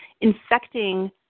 infecting